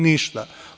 Ništa.